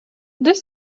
deux